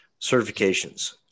certifications